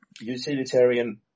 utilitarian